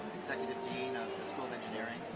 executive dean of the school of engineering,